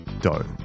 dough